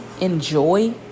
enjoy